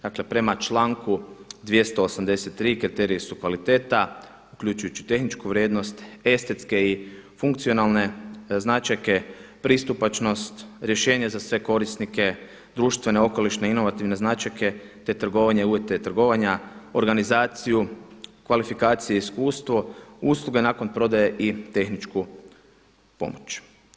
Dakle, prema članku 283. kriteriji su kvaliteta uključujući i tehničku vrijednost, estetske i funkcionalne značajke, pristupačnost, rješenje za sve korisnike, društvene, okolišne, inovativne značajke te trgovanje i uvjete trgovanja, organizaciju, kvalifikacije i iskustvo, usluge nakon prodaje i tehničku pomoć.